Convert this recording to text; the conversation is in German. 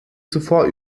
zuvor